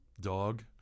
dog